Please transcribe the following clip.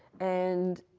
and,